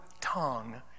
tongue